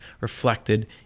reflected